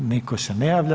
Niko se ne javlja.